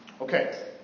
Okay